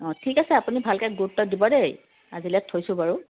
অ ঠিক আছে আপুনি ভালকে গুৰুত্ব দিব দেই আজিলে থৈছোঁ বাৰু